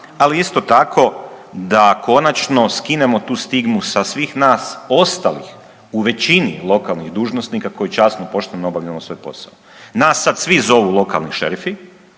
ali isto tako da konačno skinemo tu stigmu sa svih nas ostalih u većini lokalnih dužnosnika koji časno i pošteno obavljamo svoj posao. Nas sad svi zovu lokalni šerifi,